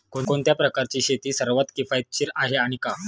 कोणत्या प्रकारची शेती सर्वात किफायतशीर आहे आणि का?